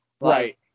Right